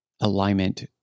alignment